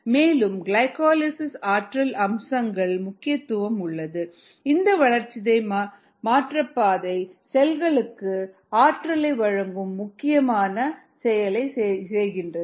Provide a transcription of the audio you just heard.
மேலும் கிளைகோலிசிஸுக்கு ஆற்றல் அம்சங்களில் முக்கியத்துவம் உள்ளது இந்த வளர்சிதை மாற்றப்பாதை செல்களுக்கு ஆற்றலை வழங்கும் முக்கியமான செயலை செய்கின்றது